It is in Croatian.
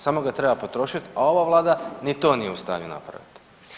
Samo ga treba potrošiti, a ova Vlada ni to nije u stanju napraviti.